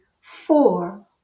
four